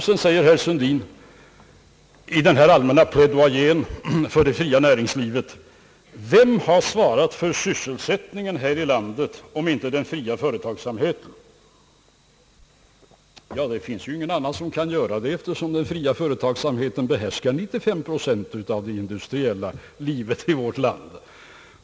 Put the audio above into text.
Sedan säger herr Sundin i den allmänna plaidoyern för det fria näringslivet: Vem har svarat för sysselsättningen här i landet om inte den fria företagsamheten? Ja, det finns ju ingen annan som kan göra det, eftersom den fria företagsamheten behärskar 95 procent av det industriella livet i vårt land.